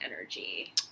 energy